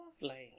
Lovely